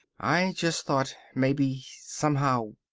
i just thought, maybe, somehow